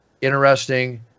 interesting